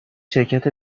شرکت